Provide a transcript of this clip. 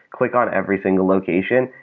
click on everything, the location,